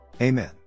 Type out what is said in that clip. Amen